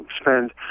spend